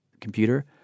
computer